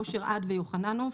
אושר-עד ויוחננוף.